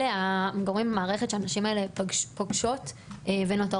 אלה הגורמים במערכת שהנשים האלה פוגשות ונותרות